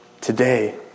today